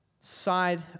side